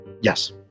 Yes